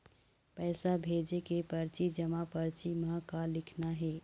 पैसा भेजे के परची जमा परची म का लिखना हे?